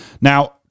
Now